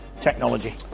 technology